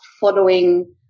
following